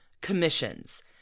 commissions